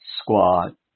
squad